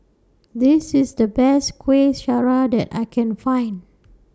This IS The Best Kueh Syara that I Can Find